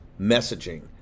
messaging